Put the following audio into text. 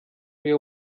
wir